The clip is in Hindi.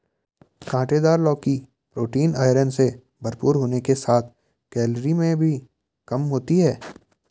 काँटेदार लौकी प्रोटीन, आयरन से भरपूर होने के साथ कैलोरी में भी कम होती है